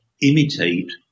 imitate